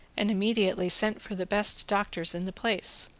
and immediately sent for the best doctors in the place,